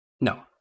No